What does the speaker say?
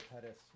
Pettis